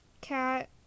cat